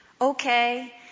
Okay